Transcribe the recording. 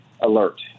alert